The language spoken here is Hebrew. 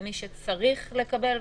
כמי שצריך לקבל,